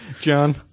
John